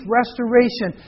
restoration